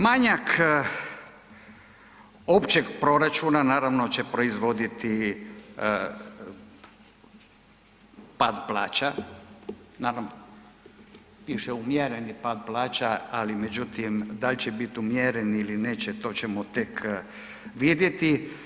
Manjak općeg proračuna naravno će proizvoditi pad plaća, piše umjereni pad plaća, ali međutim da li će biti umjeren ili neće, to ćemo tek vidjeti.